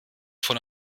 von